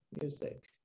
music